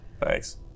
Thanks